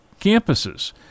campuses